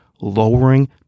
lowering